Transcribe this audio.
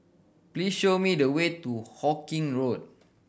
please show me the way to Hawkinge Road